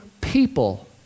people